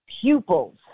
pupils